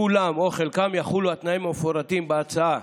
כולם או חלקם, יחולו התנאים המפורטים בהצעה.